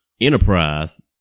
Enterprise